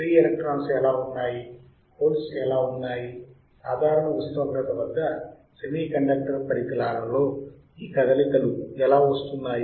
free ఎలక్ట్రాన్లు ఎలా ఉన్నాయి హోల్స్ ఎలా ఉన్నాయి సాధారణ గది ఉష్ణోగ్రత వద్ద సెమీకండక్టర్ పరికరాలలో లో ఈ కదలికలు ఎలా వస్తున్నాయి